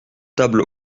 table